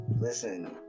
Listen